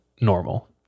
normal